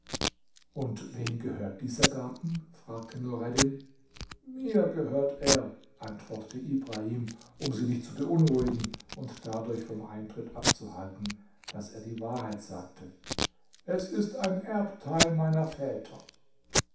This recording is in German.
und wem gehört dieser garten fragte nureddin mir gehört er antwortete ibrahim um sie nicht zu beunruhigen und dadurch vom eintritt abzuhalten daß er die wahrheit sagte es ist ein erbteil meiner väter